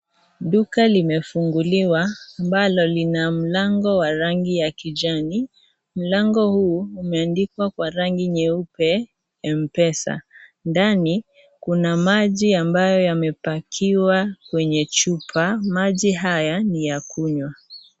Duka limefunguliwa amablo lina mlango wa rangi ya kijani, mlangi huu umeandikwa kwa rangi nyeupe Mpesa, ndani kuna maji ambayo yamepakiwa kwenye chupa, maji haya ni ya kunywa.